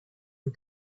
who